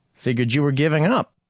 figured you were giving up.